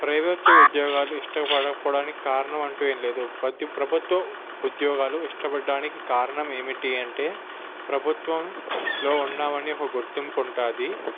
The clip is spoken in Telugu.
ప్రైవేట్ ఉద్యోగాలు ఇష్టపడకపోవడానికి కారణం అంటూ ఏమీ లేదు ప్రతి ప్రభుత్వ ఉద్యోగాలు ఇష్టపడ్డానికి కారణం ఏమిటంటే ప్రభుత్వంలో ఉన్నావని ఒక గుర్తింపు ఉంటుంది